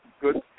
good